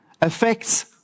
affects